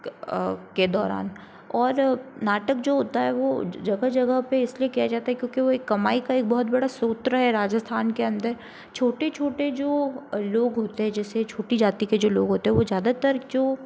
के दौरान और नाटक जो होता है वो जगह जगह पे इसलिए किया जाता है क्योंकि वो एक कमाई का एक बहुत बड़ा सूत्र है राजस्थान के अंदर छोटे छोटे जो लोग होते हैं जैसे छोटी जाति के जो लोग होते हैं वो ज़्यादातर जो